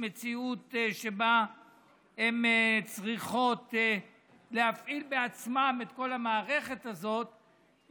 מציאות שבה הן צריכות להפעיל בעצמן את כל המערכת הזאת,